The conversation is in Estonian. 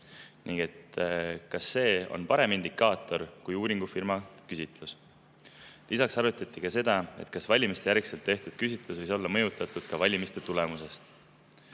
ning kas see on parem indikaator kui uuringufirma küsitlus. Lisaks arutati seda, kas valimistejärgselt tehtud küsitlus võis olla mõjutatud valimiste tulemusest.